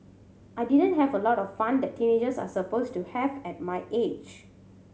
I didn't have a lot of fun that teenagers are supposed to have at my age